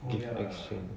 gift exchange